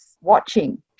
watching